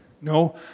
No